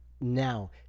now